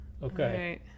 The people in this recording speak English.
okay